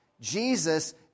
Jesus